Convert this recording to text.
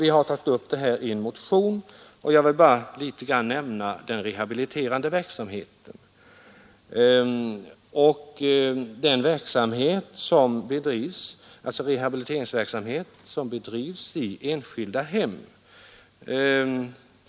Vi har tagit upp dem i en motion, och jag vill nämna något om den rehabiliterande verksamhet, som bedrivs i enskilda hem.